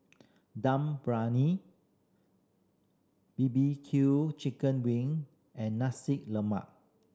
Dum Briyani B B Q chicken wing and Nasi Lemak